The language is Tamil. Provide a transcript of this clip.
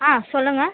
ஆ சொல்லுங்கள்